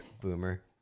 Boomer